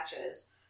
matches